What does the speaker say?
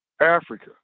Africa